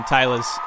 Taylor's